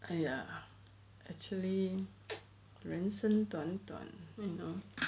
!aiya! actually 人生短短 you know